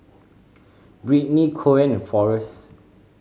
Britney Coen and Forest